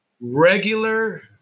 regular